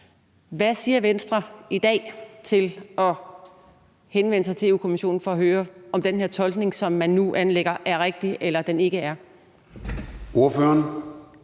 Hvad siger Venstre i dag til at henvende sig til Europa-Kommissionen for at høre, om den her tolkning, som man nu anlægger, er rigtig, eller den ikke er?